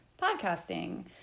podcasting